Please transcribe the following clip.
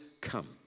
come